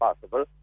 possible